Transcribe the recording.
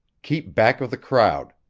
keep back of the crowd.